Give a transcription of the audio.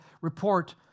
report